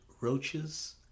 roaches